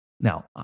Now